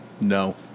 No